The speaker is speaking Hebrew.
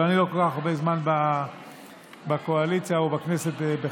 אבל אני לא כל כך הרבה זמן בקואליציה או בכנסת בכלל.